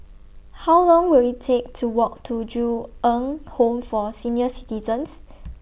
How Long Will IT Take to Walk to Ju Eng Home For Senior Citizens